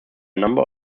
number